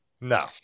no